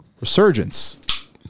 resurgence